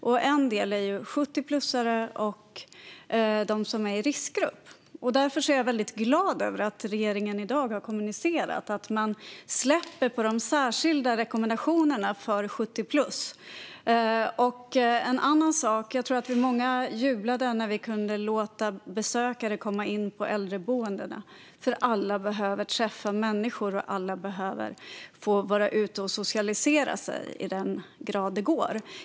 Till dem hör 70-plussare och de som är i riskgrupp. Därför är jag väldigt glad över att regeringen i dag har kommunicerat att man släpper på de särskilda rekommendationerna för 70-plussare. Jag tror att det var många som jublade när vi kunde låta besökare komma in på äldreboendena. Alla behöver träffa människor, och alla behöver få vara ute och socialisera sig i den grad det går.